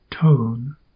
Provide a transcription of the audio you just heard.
tone